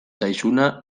zaizuna